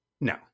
No